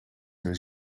een